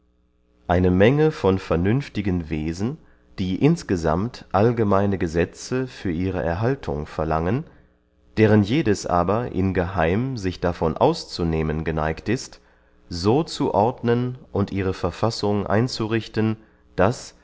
eine menge von vernünftigen wesen die insgesammt allgemeine gesetze für ihre erhaltung verlangen deren jedes aber in geheim sich davon auszunehmen geneigt ist so zu ordnen und ihre verfassung einzurichten daß